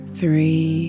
three